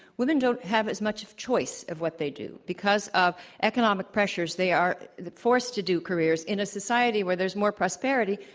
women don't have as much choice of what they do. because of economic pressures, they are forced to do careers in a society where there's more prosperity,